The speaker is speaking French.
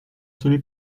celui